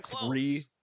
three